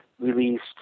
released